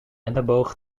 elleboog